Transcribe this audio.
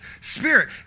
spirit